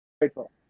grateful